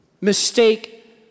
mistake